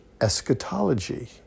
eschatology